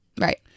Right